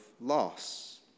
loss